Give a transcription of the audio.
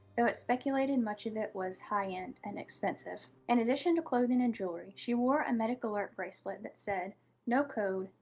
though it's speculated much of it was high end and expensive. in addition to clothing and jewelry, she wore a medic alert bracelet that said no code,